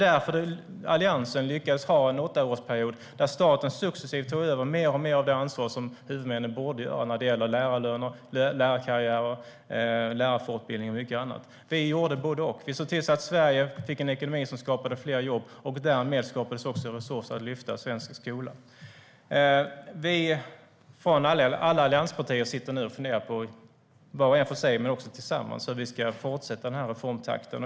Därför lyckades Alliansen ha en åttaårsperiod då staten successivt tog över mer och mer av det ansvar som huvudmännen borde ta vad gäller lärarlöner, lärarkarriärer, lärarfortbildning och mycket annat. Vi gjorde både och. Vi såg till att Sverige fick en ekonomi som skapade fler jobb, och därmed skapades resurser till att lyfta svensk skola. Allianspartierna sitter nu både var för sig och tillsammans och funderar på hur vi ska fortsätta denna reformtakt.